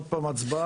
עוד פעם הצבעה.